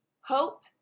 Hope